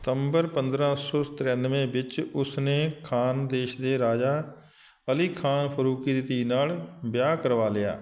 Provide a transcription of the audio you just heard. ਸਤੰਬਰ ਪੰਦਰਾਂ ਸੌ ਤਰਾਨਵੇਂ ਵਿੱਚ ਉਸ ਨੇ ਖਾਨਦੇਸ਼ ਦੇ ਰਾਜਾ ਅਲੀ ਖਾਨ ਫਾਰੂਕੀ ਦੀ ਧੀ ਨਾਲ ਵਿਆਹ ਕਰਵਾ ਲਿਆ